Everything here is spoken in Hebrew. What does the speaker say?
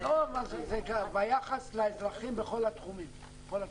--- זה ביחס לאזרחים בכל התחומים, בכל התחומים.